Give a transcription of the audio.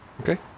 Okay